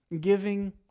giving